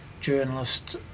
journalist